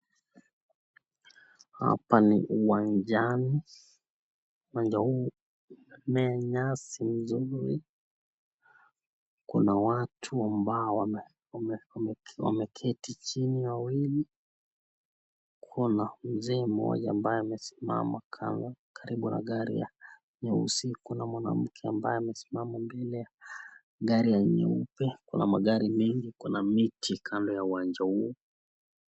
Hapa ni uwanjani. Uwanja huu umemea nyasi nzuri. Kuna watu ambao wame.. wame...wame.. wameketi chini wawili. Kuna mzee moja ambaye amesimama kando karibu na gari nyeusi. Kuna mwanamke ambaye amesimama mbele ya gari ya nyeupe. Kuna magari mengi, kuna miti kando ya uwanja huu.